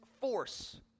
force